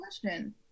question